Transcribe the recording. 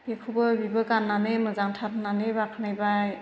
बेखौबो बिबो गाननानै मोजांथार होननानै बाख्नायबाय